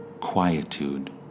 quietude